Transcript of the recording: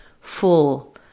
full